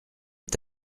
est